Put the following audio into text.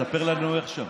תספר לנו איך שם.